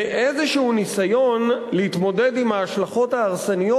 וניסיון כלשהו להתמודד עם ההשלכות ההרסניות